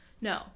No